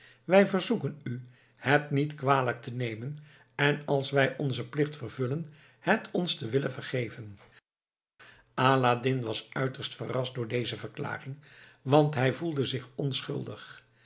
wij verzoeken u het niet kwalijk te nemen en als wij onzen plicht vervullen het ons te willen vergeven aladdin was uiterst verrast door deze verklaring want hij voelde zich onschuldig